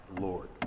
Lord